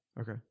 Okay